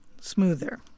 smoother